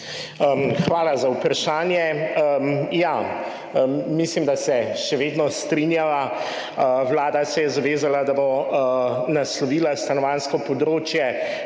Hvala za vprašanje. Mislim, da se še vedno strinjava. Vlada se je zavezala, da bo naslovila stanovanjsko področje.